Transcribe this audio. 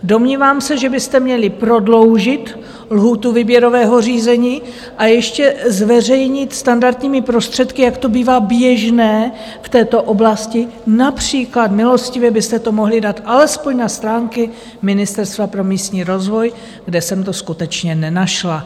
Domnívám se, že byste měli prodloužit lhůtu výběrového řízení a ještě zveřejnit standardními prostředky, jak to bývá běžné v této oblasti, například milostivě byste to mohli dát alespoň na stránky Ministerstva pro místní rozvoj, kde jsem to skutečně nenašla.